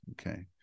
Okay